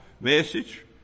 message